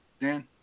Dan